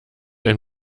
ein